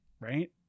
Right